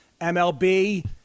MLB